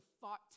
thought